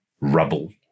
rubble